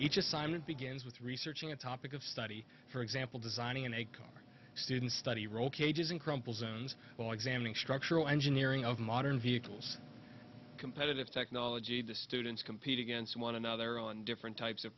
each assignment begins with researching a topic of study for example designing in a student's study roll cages and crumple zones well examining structural engineering of modern vehicles competitive technology to students compete against one another on different types of